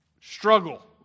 struggle